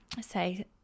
say